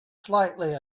slightly